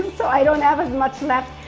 so i don't have much left,